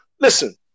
listen